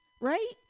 right